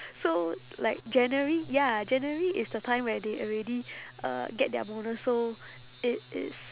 so like january ya january is the time where they already uh get their bonus so it is